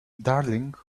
darling